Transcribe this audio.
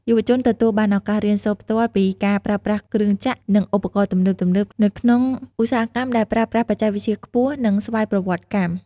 យុវជនទទួលបានឱកាសរៀនសូត្រផ្ទាល់ពីការប្រើប្រាស់គ្រឿងចក្រ និងឧបករណ៍ទំនើបៗ នៅក្នុងឧស្សាហកម្មដែលប្រើប្រាស់បច្ចេកវិទ្យាខ្ពស់ និងស្វ័យប្រវត្តិកម្ម។